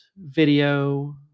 video